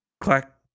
clack